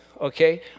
okay